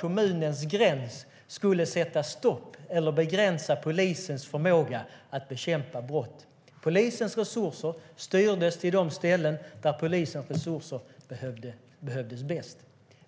Kommunens gräns skulle inte sätta stopp eller begränsa polisens förmåga att bekämpa brott. Polisens resurser styrdes till de orter där de behövdes bäst.